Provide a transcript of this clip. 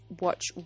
Watch